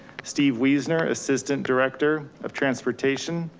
steve weasener, assistant director of transportation,